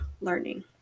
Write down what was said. learning